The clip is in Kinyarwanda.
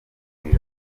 ijana